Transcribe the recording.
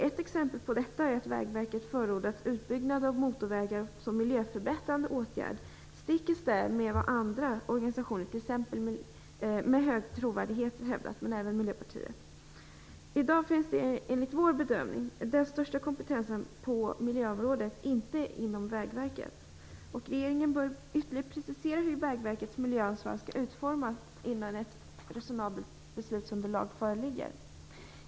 Ett exempel på detta är att Vägverket förordat utbyggnad av motorvägar som miljöförbättrande åtgärder, stick i stäv med vad andra organisationer med hög trovärdighet men även Miljöpartiet har hävdat. I dag finns enligt vår bedömning den största kompetensen på miljöområdet inte inom Regeringen bör ytterligare precisera hur Vägverkets miljöansvar skall utformas innan ett resonabelt beslutsunderlag föreligger.